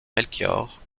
melchior